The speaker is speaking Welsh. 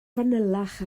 fanylach